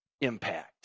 impact